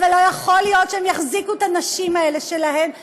אבל לא יכול להיות שהם יחזיקו את הנשים האלה שלהם בנות-ערובה,